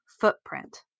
footprint